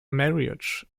marriage